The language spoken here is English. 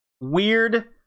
Weird